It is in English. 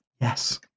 Yes